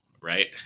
right